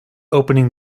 opening